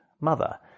mother